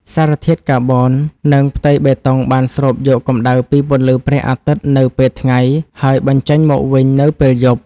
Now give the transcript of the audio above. សារធាតុកាបូន និងផ្ទៃបេតុងបានស្រូបយកកម្ដៅពីពន្លឺព្រះអាទិត្យនៅពេលថ្ងៃ ហើយបញ្ចេញមកវិញនៅពេលយប់។